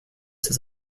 ses